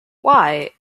why